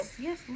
yes